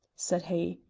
said he.